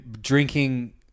drinking